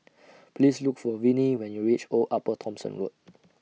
Please Look For Vinie when YOU REACH Old Upper Thomson Road